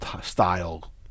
style